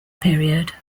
period